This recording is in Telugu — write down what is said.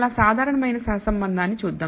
చాలా సాధారణమైన సహసంబంధాన్ని చూద్దాం